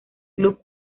club